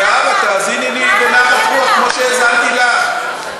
זהבה, תאזיני לי בנחת רוח, כמו שהאזנתי לך.